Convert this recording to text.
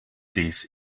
this